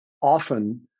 often